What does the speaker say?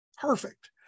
perfect